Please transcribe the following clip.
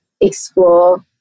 explore